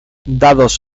dados